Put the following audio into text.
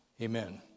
Amen